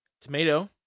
Tomato